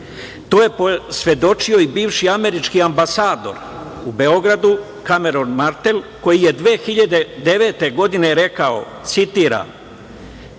To je svedočio i bivši američki ambasador u Beogradu, Kameron Martel koji je 2009. godine rekao, citiram